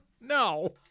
No